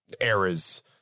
errors